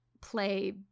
play